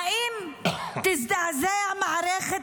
האם תזדעזע מערכת